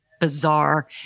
bizarre